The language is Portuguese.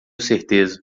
certeza